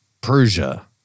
Persia